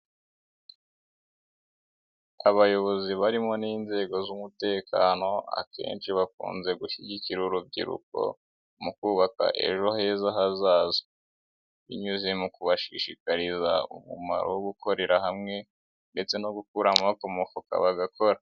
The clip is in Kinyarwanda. Abayobozi barimo n'inzego z'umutekano akenshi bakunze gushyigikira urubyiruko mu kubaka ejo heza hazaza, binyuze mu kubashishikariza umumaro wo gukorera hamwe ndetse no gukura amaboko mu mufuka bagakora.